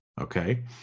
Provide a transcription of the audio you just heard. okay